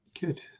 good